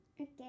okay